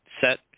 set